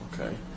Okay